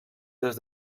des